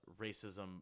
racism